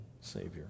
Savior